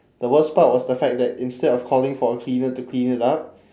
the worst part was the fact that instead of calling for a cleaner to clean it up